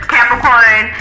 Capricorn